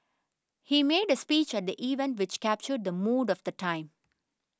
he made a speech at the event which captured the mood of the time